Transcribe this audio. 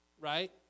Right